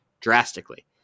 drastically